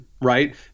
right